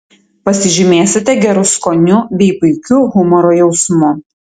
pasižymėsite geru skoniu bei puikiu humoro jausmu